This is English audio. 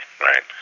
right